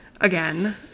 again